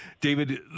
David